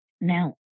Now